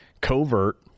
covert